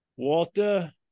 Walter